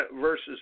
versus